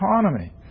economy